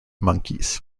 monkeys